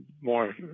more